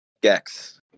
Gex